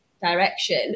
direction